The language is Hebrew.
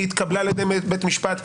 היא התקבלה על ידי בית משפט.